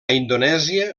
indonèsia